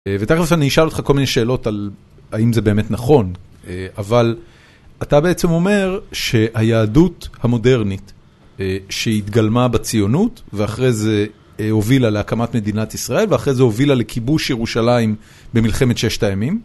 ותכף אני אשאל אותך כל מיני שאלות על האם זה באמת נכון, אבל אתה בעצם אומר שהיהדות המודרנית שהתגלמה בציונות, ואחרי זה הובילה להקמת מדינת ישראל ואחרי זה הובילה לכיבוש ירושלים במלחמת ששת הימים.